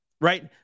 right